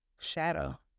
shadow